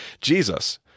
Jesus